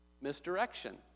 Misdirection